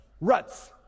Ruts